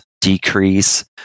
decrease